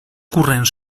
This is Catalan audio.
corrent